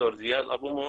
דוקטור זיאד אבו מוך,